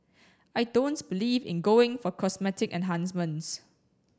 I don't believe in going for cosmetic enhancements